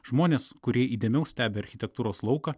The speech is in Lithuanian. žmonės kurie įdėmiau stebi architektūros lauką